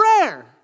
prayer